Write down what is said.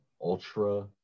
ultra